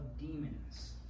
demons